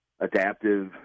adaptive